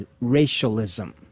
racialism